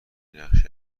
نقش